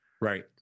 Right